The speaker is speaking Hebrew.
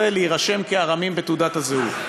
לא התאפשר עד לשנת 2014 להירשם כארמים בתעודת הזהות.